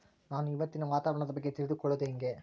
ನಾನು ಇವತ್ತಿನ ವಾತಾವರಣದ ಬಗ್ಗೆ ತಿಳಿದುಕೊಳ್ಳೋದು ಹೆಂಗೆ?